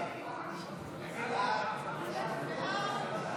להעביר את הצעת חוק העונשין (תיקון,